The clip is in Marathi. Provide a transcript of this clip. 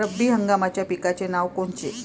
रब्बी हंगामाच्या पिकाचे नावं कोनचे?